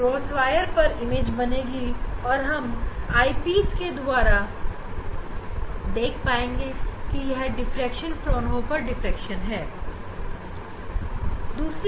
crosswire पर image बनेगी और हम आईपीस के द्वारा देख पाएंगे कि यह डिफ़्रैक्शन फ्राउनहोफर डिफ़्रैक्शन है